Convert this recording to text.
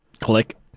Click